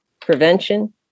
Prevention